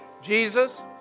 Jesus